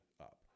up